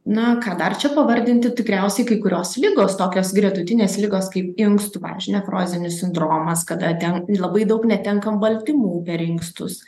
na ką dar čia pavardinti tikriausiai kai kurios ligos tokios gretutinės ligos kaip inkstų pavyzdžiui nefrozinis sindromas kada ten labai daug netenkam baltymų per inkstus